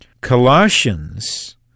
Colossians